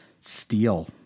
steel